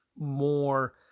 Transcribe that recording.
more